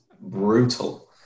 brutal